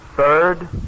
third